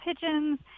pigeons